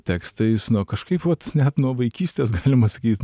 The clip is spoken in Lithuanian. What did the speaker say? tekstais na kažkaip vat net nuo vaikystės galima sakyt